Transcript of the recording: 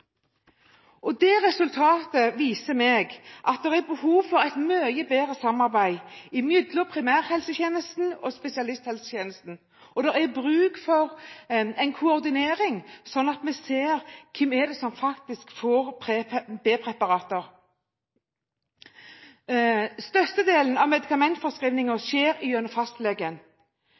resultatet viser meg at det er behov for et mye bedre samarbeid mellom primærhelsetjenesten og spesialisthelsetjenesten, og at det er behov for en koordinering slik at vi ser hvem som faktisk får B-preparater. Størstedelen av medikamentforskrivningen skjer gjennom fastlegen.